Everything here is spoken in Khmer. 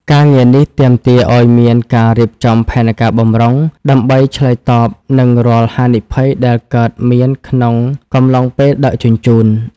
ការងារនេះទាមទារឱ្យមានការរៀបចំផែនការបម្រុង ដើម្បីឆ្លើយតបនឹងរាល់ហានិភ័យដែលកើតមានក្នុងកំឡុងពេលដឹកជញ្ជូន។